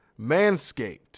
Manscaped